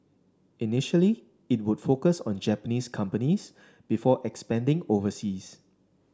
initially it would focus on Japanese companies before expanding overseas